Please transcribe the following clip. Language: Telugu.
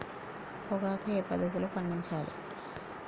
పొగాకు ఏ పద్ధతిలో పండించాలి?